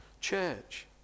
church